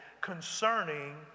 concerning